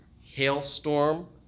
hailstorm